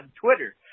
Twitter